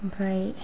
ओमफ्राय